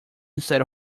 instead